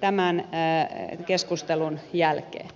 tämän keskustelun jälkeen